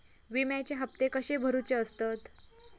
विम्याचे हप्ते कसे भरुचे असतत?